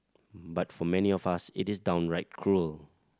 but for many of us it is downright cruel